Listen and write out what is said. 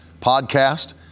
podcast